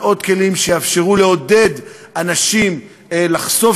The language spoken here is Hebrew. על עוד כלים שיאפשרו לעודד אנשים לחשוף